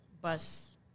bus